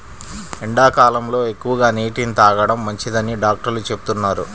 ఎండాకాలంలో ఎక్కువగా నీటిని తాగడం మంచిదని డాక్టర్లు చెబుతున్నారు